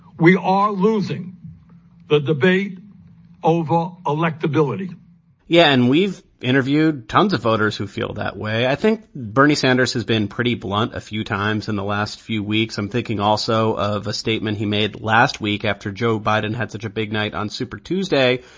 we are losing the debate over electability yeah, and we've interviewed tons of voters who feel that way. i think bernie sanders has been pretty blunt a few times in the last few weeks. i'm thinking also of a statement he made last week after joe biden had such a big night on super tuesday,